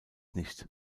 nicht